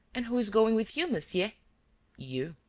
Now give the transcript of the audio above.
and who is going with you, monsieur you!